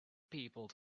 people